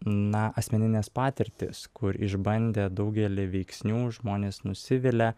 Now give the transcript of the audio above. na asmeninės patirtys kur išbandę daugelį veiksnių žmonės nusivilia